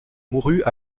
mourut